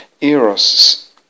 Eros